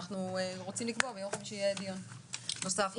אנחנו נקיים ביום חמישי דיון נוסף.